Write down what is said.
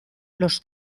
los